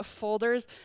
folders